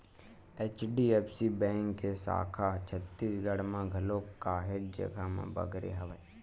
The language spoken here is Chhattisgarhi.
एच.डी.एफ.सी बेंक के साखा ह छत्तीसगढ़ म घलोक काहेच जघा म बगरे हवय